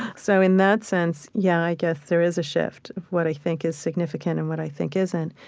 so in that sense, yeah, i guess there is a shift of what i think is significant and what i think isn't.